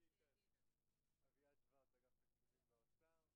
כן, מה רצית?